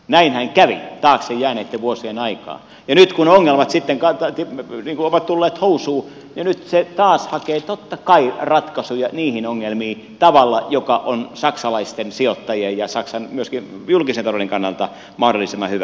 näinhän kävi taakse jääneitten vuosien aikaan ja nyt kun ongelmat ovat tulleet housuun niin nyt se taas hakee totta kai ratkaisuja niihin ongelmiin tavalla joka on saksalaisten sijoittajien ja myöskin saksan julkisen talouden kannalta mahdollisimman hyvä